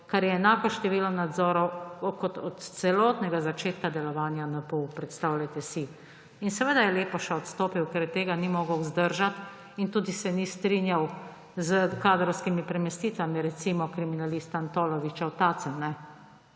kar je enako število nadzorov kot od celotnega začetka delovanja NPU. Predstavljajte si. Seveda je Lepoša odstopil, ker tega ni mogel zdržati in se tudi ni strinjal s kadrovskimi premestitvami, recimo, kriminalista Antoloviča v Tacen.